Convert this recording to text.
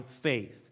faith